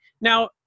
Now